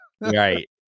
right